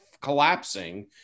collapsing